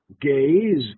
gaze